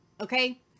okay